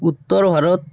Uttar Bharat